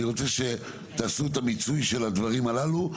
רוצה שתעשו את המיצוי של הדברים הללו.